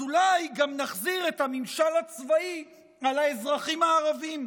אז אולי גם נחזיר את הממשל הצבאי על האזרחים הערבים.